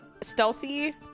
stealthy